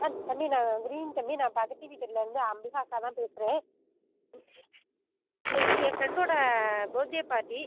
ஆ தம்பி நான் good evening தம்பி நான் பக்கத்து வீட்டிலேருந்து அம்பிகா அக்காதான் பேசுகிறேன் இன் இன்றைக்கு என் ஃப்ரெண்டோடய பேர்த் டே பார்ட்டி